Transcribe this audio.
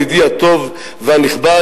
ידידי הטוב והנכבד,